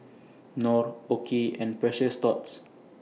Knorr OKI and Precious Thots